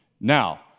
Now